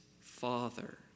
father